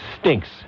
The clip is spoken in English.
stinks